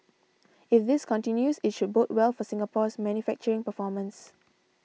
if this continues it should bode well for Singapore's manufacturing performance